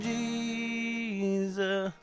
Jesus